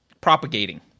propagating